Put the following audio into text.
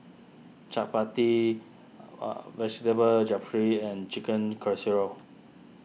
Chaat Papri Vegetable Jeffry and Chicken Casserole